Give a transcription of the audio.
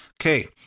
Okay